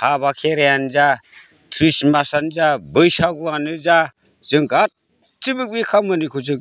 हाबा खेरायानो जा ख्रिष्टमासानो जा बैसागुआनो जा जों गासैबो बे खामानिखौ जों